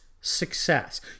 success